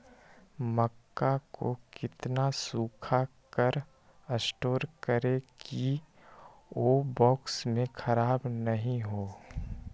मक्का को कितना सूखा कर स्टोर करें की ओ बॉक्स में ख़राब नहीं हो?